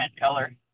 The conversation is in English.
color